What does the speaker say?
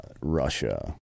Russia